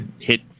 hit